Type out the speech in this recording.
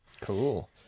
cool